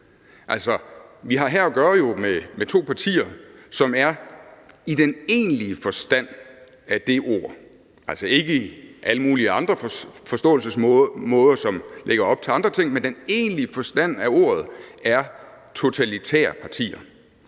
Vi har jo her at gøre med to partier, som i den egentlige forstand af det ord – altså ikke i alle mulige andre forståelsesmåder, som lægger op til andre ting – er totalitære partier: